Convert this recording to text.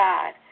God